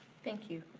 thank you.